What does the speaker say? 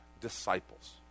disciples